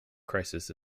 crisis